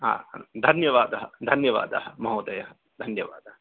आं धन्यवादः धन्यवादः महोदय धन्यवादः